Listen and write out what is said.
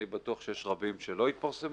ואני בטוח שיש רבים שלא התפרסמו.